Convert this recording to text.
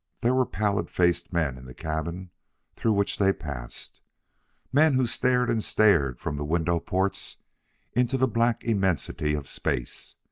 there were pallid-faced men in the cabin through which they passed men who stared and stared from the window-ports into the black immensity of space.